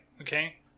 Okay